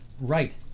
Right